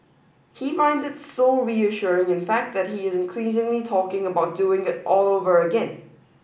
he find it so reassuring in fact that he is increasingly talking about doing it all over again